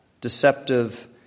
deceptive